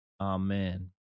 Amen